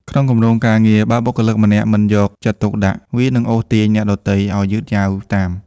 ក្នុងគម្រោងការងារ បើបុគ្គលិកម្នាក់មិនយកចិត្តទុកដាក់ វានឹងអូសទាញអ្នកដទៃឱ្យយឺតយ៉ាវតាម។